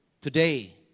today